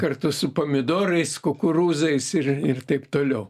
kartu su pomidorais kukurūzais ir ir taip toliau